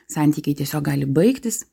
santykiai tiesiog gali baigtis